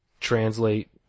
translate